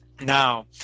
now